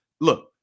look